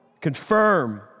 confirm